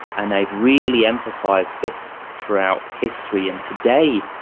and they've really emphasised this throughout history. and today,